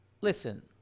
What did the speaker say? Listen